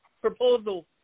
proposal